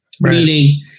Meaning